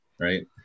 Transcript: right